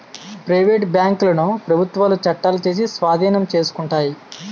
private బ్యాంకులను ప్రభుత్వాలు చట్టాలు చేసి స్వాధీనం చేసుకుంటాయి